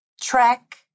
track